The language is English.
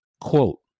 Quote